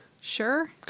sure